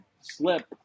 slip